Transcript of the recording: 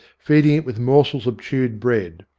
feeding it with morsels of chewed bread.